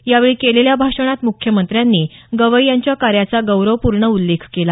यावेळी केलेल्या भाषणात मुख्यमंत्र्यांनी गवई यांच्या कार्याचा गौरवपूर्ण उल्लेख केला